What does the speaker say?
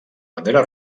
bandera